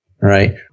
right